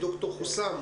האם